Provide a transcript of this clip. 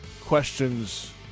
questions